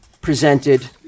presented